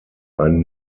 ein